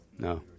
No